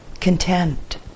content